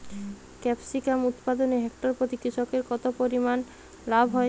Capsicum উৎপাদনে hectare প্রতি কৃষকের কত পরিমান লাভ হয়?